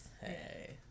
Hey